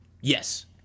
yes